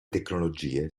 tecnologie